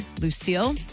Lucille